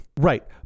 Right